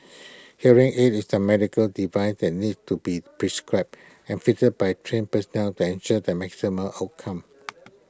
hearing aid is A medical device that needs to be prescribed and fitted by trained personnel to ensure optimum outcome